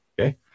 Okay